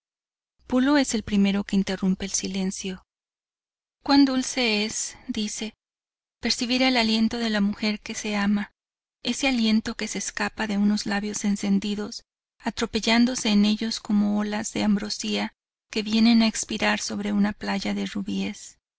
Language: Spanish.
pulo es el primero que interrumpe el silencio cuan dulce es dice percibir el aliento de la mujer que se ama ese aliento que se escapa de unos labios encendidos atropellándose en ellos como olas de ambrosía que vienen a expirar sobre una playa de rubíes